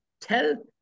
tell